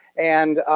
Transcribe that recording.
and